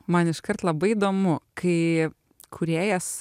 man iškart labai įdomu kai kūrėjas